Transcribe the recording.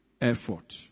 effort